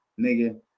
nigga